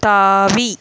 தாவி